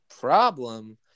problem